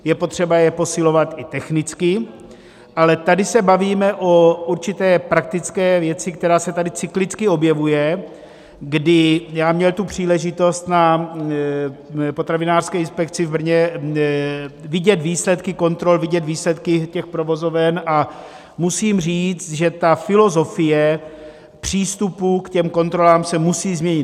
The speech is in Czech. Je potřeba je posilovat i technicky, ale tady se bavíme o určité praktické věci, která se tady cyklicky objevuje, kdy já měl příležitost na potravinářské inspekci v Brně vidět výsledky kontrol, vidět výsledky těch provozoven a musím říct, že filozofie přístupu ke kontrolám se musí změnit.